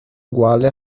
uguale